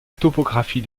topographie